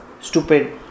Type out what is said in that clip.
stupid